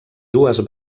dues